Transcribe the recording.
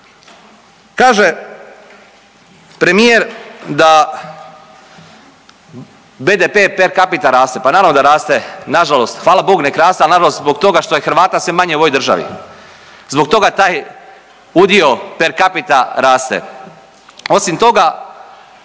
Kaže premijer da BDP per capita raste, pa naravno da raste, nažalost, hvala Bogu nek raste, al nažalost zbog toga što je Hrvata sve manje u ovoj državi, zbog toga taj udio per capita raste. Osim toga